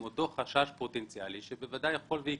אותו חשש פוטנציאלי שבוודאי יכול ויקרה.